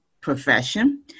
profession